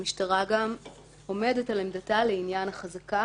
המשטרה גם עומדת על עמדתה לעניין החזקה